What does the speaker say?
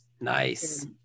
nice